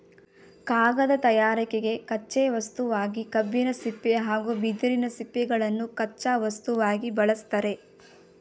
ಕಾಗದ ತಯಾರಿಕೆಗೆ ಕಚ್ಚೆ ವಸ್ತುವಾಗಿ ಕಬ್ಬಿನ ಸಿಪ್ಪೆ ಹಾಗೂ ಬಿದಿರಿನ ಸಿಪ್ಪೆಗಳನ್ನು ಕಚ್ಚಾ ವಸ್ತುವಾಗಿ ಬಳ್ಸತ್ತರೆ